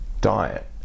diet